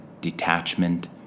detachment